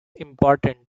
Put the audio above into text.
important